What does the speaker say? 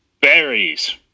berries